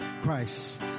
Christ